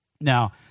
Now